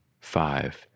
five